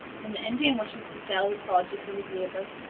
when the indian wishes to sell the produce of his labor,